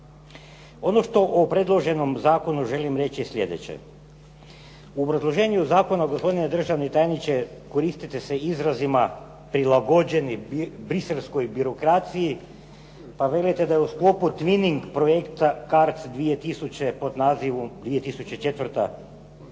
Ono što o predloženom zakonu želim reći je sljedeće. U obrazloženju zakona gospodine državni tajniče, koristite se izrazima prilagođeni …/Govornik se ne razumije./… demokraciji, pa vjerujete da je u sklopu twining projekta CARDS 2000, pod nazivom 2004. twining